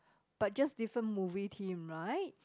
but just different movie theme right